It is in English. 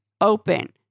open